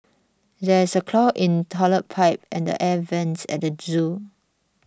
there is a clog in Toilet Pipe and the Air Vents at the zoo